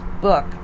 book